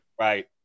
Right